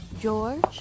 George